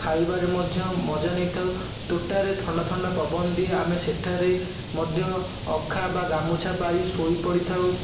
ଖାଇବାରେ ମଧ୍ୟ ମଜା ନେଇଥାଉ ତୋଟାରେ ଥଣ୍ଡାଥଣ୍ଡା ପବନ ଦିଏ ଆମେ ସେଠାରେ ମଧ୍ୟ ଅଖା ବା ଗାମୁଛା ପାରି ଶୋଇ ପଡ଼ିଥାଉ